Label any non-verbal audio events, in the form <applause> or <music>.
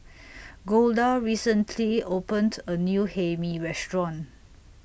<noise> Golda recently opened A New Hae Mee Restaurant